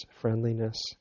friendliness